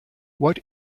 what